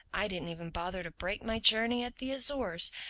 i didn't even bother to break my journey at the azores,